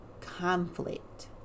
conflict